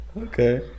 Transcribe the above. Okay